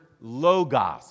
logos